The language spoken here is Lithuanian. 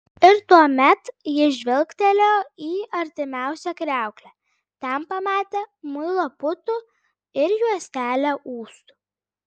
ir tuomet jis žvilgtelėjo į artimiausią kriauklę ten pamatė muilo putų ir juostelę ūsų